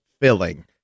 filling